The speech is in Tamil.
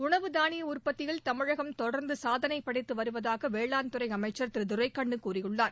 உணவு தானிய உற்பத்தியில் தமிழகம் தொடர்ந்து சாதனை படைத்து வருவதாக வேளாண் துறை அமைச்சர் திரு துரைக்கண்ணு கூறியுள்ளார்